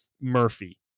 Murphy